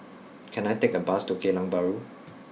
can I take a bus to Geylang Bahru